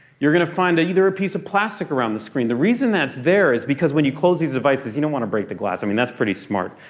you're gonna find either a piece of plastic around the screen. the reason that's there is because when you close these devices, you don't want to break the glass. i mean that's pretty smart.